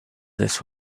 this